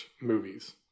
movies